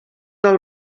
del